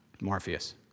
Morpheus